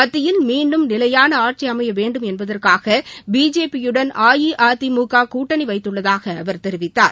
மத்தியில் மீண்டும் நிலையான ஆட்சி அமைய வேண்டும் என்பதற்காக பிஜேபியுடன் அஇஅதிமுக கூட்டணி வைத்துள்ளதாக அவர் தெரிவித்தார்